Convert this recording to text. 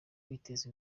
kwiteza